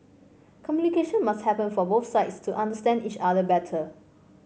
communication must happen for both sides to understand each other better